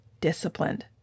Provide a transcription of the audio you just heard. disciplined